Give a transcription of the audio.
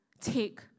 take